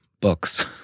books